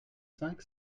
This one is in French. cinq